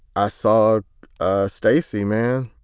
i saw stacey, man